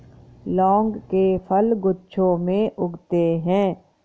लौंग के फल गुच्छों में उगते हैं